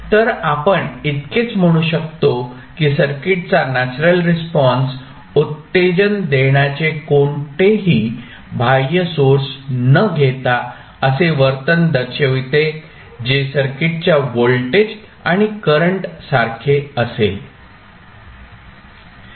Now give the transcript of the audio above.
तर आपण इतकेच म्हणू शकतो की सर्किटचा नॅचरल रिस्पॉन्स उत्तेजन देण्याचे कोणतेही बाह्य सोर्स न घेता असे वर्तन दर्शवते जे सर्किटच्या व्होल्टेज आणि करंट सारखे असेल